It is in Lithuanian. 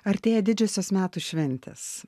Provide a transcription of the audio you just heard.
artėja didžiosios metų šventės